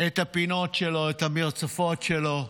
את הפינות שלו, את המרצפות שלו.